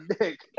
dick